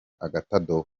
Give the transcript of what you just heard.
agatadowa